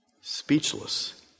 speechless